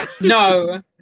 No